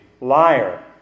liar